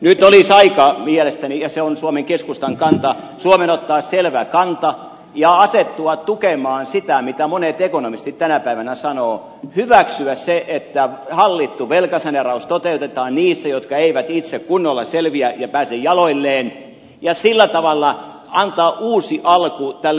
nyt olisi aika mielestäni ja se on suomen keskustan kanta suomen ottaa selvä kanta ja asettua tukemaan sitä mitä monet ekonomistit tänä päivänä sanovat hyväksyä se että hallittu velkasaneeraus toteutetaan niissä maissa jotka eivät itse kunnolla selviä ja pääse jaloilleen ja sillä tavalla antaa uusi alku tälle euroopalle